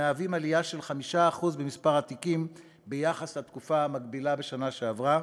עלייה של 5% במספר התיקים ביחס לתקופה המקבילה בשנה שעברה.